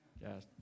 yes